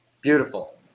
Beautiful